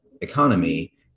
economy